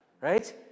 Right